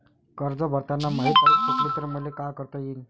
कर्ज भरताना माही तारीख चुकली तर मले का करता येईन?